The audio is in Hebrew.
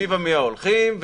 מי ומי ההולכים.